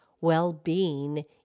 well-being